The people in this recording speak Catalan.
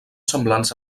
semblants